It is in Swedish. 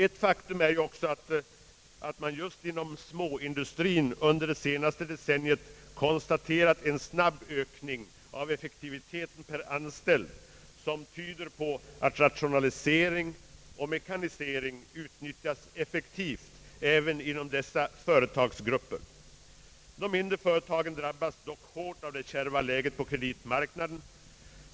Ett faktum är också att man just inom småindustrien under det senaste decenniet kunnat konstatera en snabb ökning av effektiviteten per anställd som tyder på att rationalisering och mekanisering utnyttjas effektivt även inom dessa företagsgrupper. De mindre företagen drabbas dock hårt av det kärva läget på kreditmarknaden.